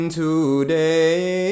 today